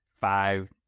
five